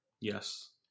Yes